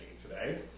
today